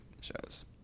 shows